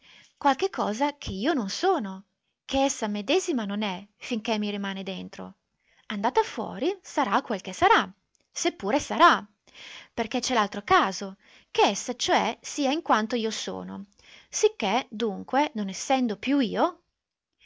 qualche cosa che io non sono che essa medesima non è finché mi rimane dentro andata fuori sarà quel che sarà seppure sarà perché c'è l'altro caso che essa cioè sia in quanto io sono sicché dunque non essendo più io